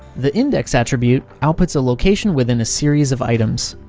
the index attribute outputs a location within a series of items.